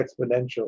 exponential